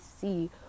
see